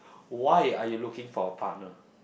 why are you looking for a partner